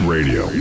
Radio